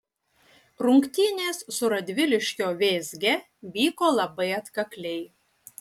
rungtynės su radviliškio vėzge vyko labai atkakliai